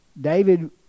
David